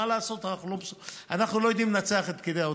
מה לעשות, אנחנו לא יודעים לנצח את פקידי האוצר.